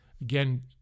Again